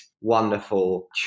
wonderful